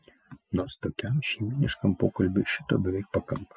nors tokiam šeimyniškam pokalbiui šito beveik pakanka